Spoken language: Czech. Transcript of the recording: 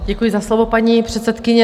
Děkuji za slovo, paní předsedkyně.